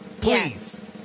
please